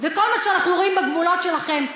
וכל מה שאנחנו רואים בגבולות שלכם,